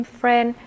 friend